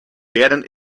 werden